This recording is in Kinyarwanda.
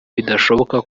bidashoboka